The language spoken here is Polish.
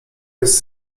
jest